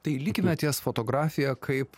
tai likime ties fotografija kaip